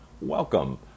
welcome